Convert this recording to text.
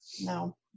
no